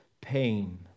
pain